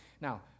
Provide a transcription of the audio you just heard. Now